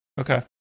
Okay